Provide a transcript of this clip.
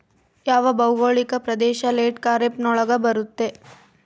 ಯಾವ ಭೌಗೋಳಿಕ ಪ್ರದೇಶ ಲೇಟ್ ಖಾರೇಫ್ ನೊಳಗ ಬರುತ್ತೆ?